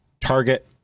Target